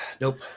Nope